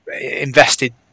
invested